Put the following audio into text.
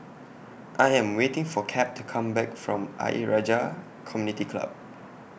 I Am waiting For Cap to Come Back from Ayer Rajah Community Club